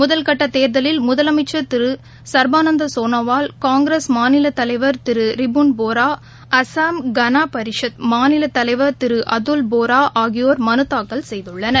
முதல்கட்ட தேர்தலில் முதலமைச்சர் திரு சர்பானந்த சோனாவால் காங்கிரஸ் மாநில தலைவர் திரு ரிப்புன் போரா அஸ்ஸாம் கணபரிஷத் மாநில தலைவர் திரு அதுவ்போரா ஆகியோர் மனு தூக்கல் செய்துள்ளனர்